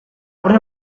would